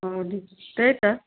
हजुर तेई त